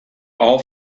all